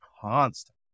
Constant